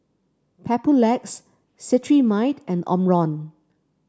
Papulex Cetrimide and Omron